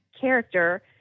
character